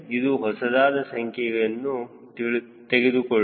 ಒಂದು ಹೊಸದಾದ ಸಂಖ್ಯೆಯನ್ನು ತೆಗೆದುಕೊಳ್ಳೋಣ